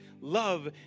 love